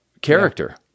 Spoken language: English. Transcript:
character